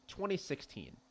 2016